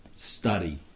study